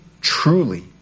truly